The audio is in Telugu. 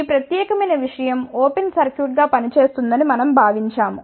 ఈ ప్రత్యేకమైన విషయం ఓపెన్ సర్క్యూట్గా పనిచేస్తుందని మనం భావించాము